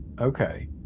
Okay